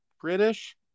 British